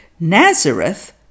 Nazareth